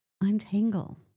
untangle